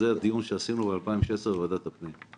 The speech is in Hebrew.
כי זה הדיון שעשינו ב-2016 בוועדת הפנים.